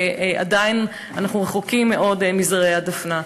ועדיין אנחנו רחוקים מאוד מזרי הדפנה.